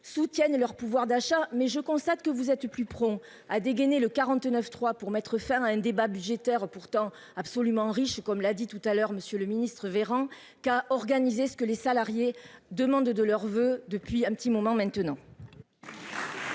soutiennent et leur pouvoir d'achat, mais je constate que vous êtes plus prompt à dégainer le 49 3 pour mettre fin à un débat budgétaire pourtant absolument riche comme l'a dit tout à l'heure, Monsieur le Ministre, Véran qu'a organiser ce que les salariés demandent de leurs voeux depuis un petit moment maintenant.